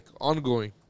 ongoing